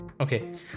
Okay